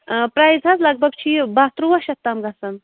آ پرٛایِز حظ لگ بگ چھُ یہِ باہ تُرٛواہ شیٚتھ تام گژھان